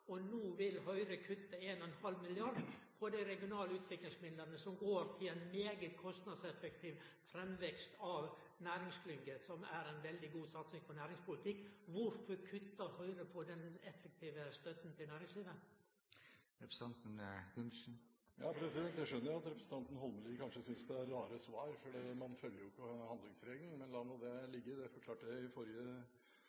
og no vil Høgre kutte 1,5 mrd. kr i dei regionale utviklingsmidlane som går til ein mykje kostnadseffektiv framvekst av næringsklynger, som er ei veldig god satsing på næringspolitikk. Kvifor kuttar Høgre i den effektive støtta til næringslivet? Jeg skjønner jo at representanten Holmelid kanskje synes det er rare svar, for man følger jo ikke handlingsregelen, men la nå det